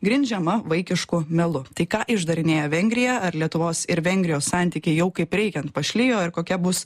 grindžiama vaikišku melu tai ką išdarinėja vengrija ar lietuvos ir vengrijos santykiai jau kaip reikiant pašlijo ir kokia bus